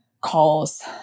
calls